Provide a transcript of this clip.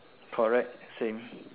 correct same